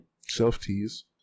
Self-tease